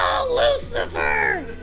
Lucifer